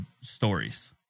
stories